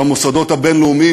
במוסדות הבין-לאומיים,